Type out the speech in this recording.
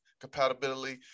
compatibility